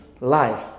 life